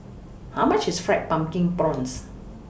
How much IS Fried Pumpkin Prawns